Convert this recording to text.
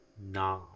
Nam